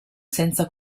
senza